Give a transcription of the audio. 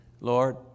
Lord